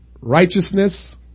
righteousness